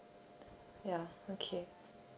ya okay